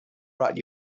brought